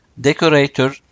decorator